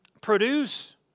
Produce